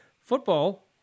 football